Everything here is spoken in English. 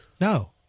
No